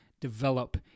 develop